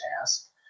task